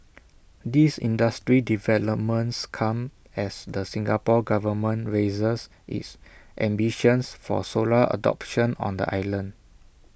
these industry developments come as the Singapore Government raises its ambitions for solar adoption on the island